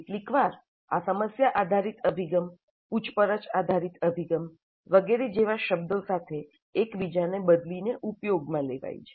કેટલીકવાર આ સમસ્યા આધારિત અભિગમ પૂછપરછ આધારિત અભિગમ વગેરે જેવા શબ્દો સાથે એકબીજાને બદલીને ઉપયોગમાં લેવાય છે